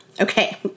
Okay